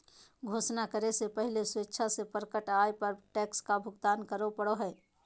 घोषणा करे से पहले स्वेच्छा से प्रकट आय पर टैक्स का भुगतान करे पड़ो हइ